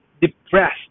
depressed